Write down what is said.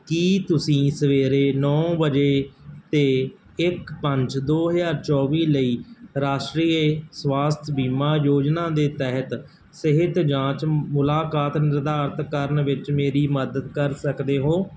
ਕੀ ਤੁਸੀਂ ਸਵੇਰੇ ਨੌਂ ਵਜੇ ਤੇ ਇੱਕ ਪੰਜ ਦੋ ਹਜ਼ਾਰ ਚੌਵੀ ਲਈ ਰਾਸ਼ਟਰੀ ਸਵਾਸਥ ਬੀਮਾ ਯੋਜਨਾ ਦੇ ਤਹਿਤ ਸਿਹਤ ਜਾਂਚ ਮੁਲਾਕਾਤ ਨਿਰਧਾਰਤ ਕਰਨ ਵਿੱਚ ਮੇਰੀ ਮਦਦ ਕਰ ਸਕਦੇ ਹੋ